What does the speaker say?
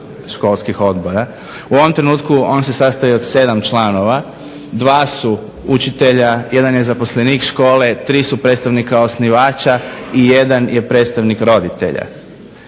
školskih odbora. U ovom trenutku on se sastoji od 7 članova. 2 su učitelja, 1 je zaposlenik škole, 3 su predstavnika osnivača i 1 je predstavnik roditelja.